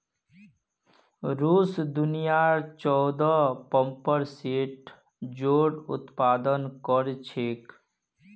रूस दुनियार चौदह प्परसेंट जौर उत्पादन कर छेक